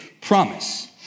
promise